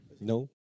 No